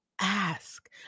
Ask